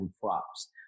Props